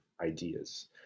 ideas